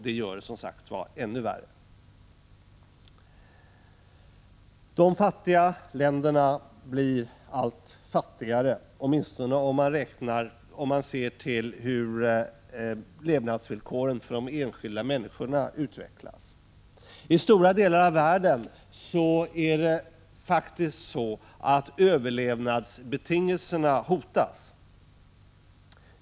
Det gör som sagt saken ännu värre. Prot. 1985/86:117 De fattiga länderna blir allt fattigare, åtminstone om man ser till hur 16 april 1986 levnadsvillkoren för de enskilda människorna utvecklas. I stora delar av världen är det faktiskt så att överlevnadsbetingelserna hotas.